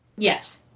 Yes